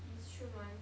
instrument